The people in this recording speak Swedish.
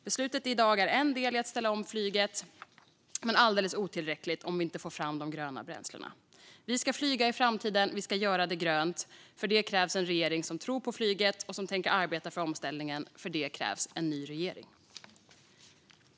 Beslutet i dag är en del i att ställa om flyget, men det är alldeles otillräckligt om vi inte får fram de gröna bränslena. Vi ska flyga i framtiden, och vi ska göra det grönt. För det krävs en regering som tror på flyget och som tänker arbeta för en omställning. För det krävs en ny regering.